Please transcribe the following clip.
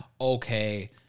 okay